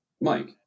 Mike